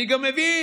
אני גם מבין,